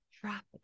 traffic